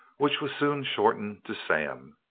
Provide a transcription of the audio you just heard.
which was soon shortened to sam.